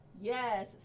Yes